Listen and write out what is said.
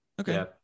Okay